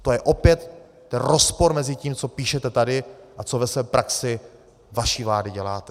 To je opět, to je rozpor mezi tím, co píšete tady a co ve své praxi vaší vlády děláte!